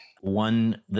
One